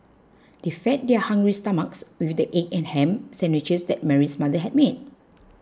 they fed their hungry stomachs with the egg and ham sandwiches that Mary's mother had made